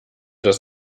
das